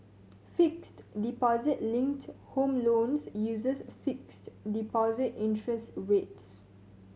fixed deposit linked home loans uses fixed deposit interest rates